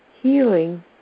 Healing